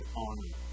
honor